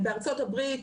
בארצות הברית,